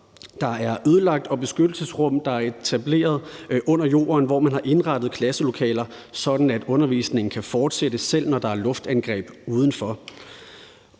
blevet ødelagt, og beskyttelsesrum, der er blevet etableret under jorden, og hvor man har indrettet klasselokaler, sådan at undervisningen kan fortsætte, selv om der er luftangreb udenfor